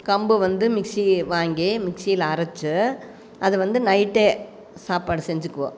கம்பு வந்து மிக்ஸி வாங்கி மிக்ஸியில் அரைச்சு அது வந்து நைட்டே சாப்பாடு செஞ்சுக்குவோம்